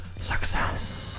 success